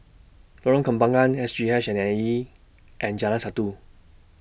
Lorong Kembangan S G H A and E and Jalan Satu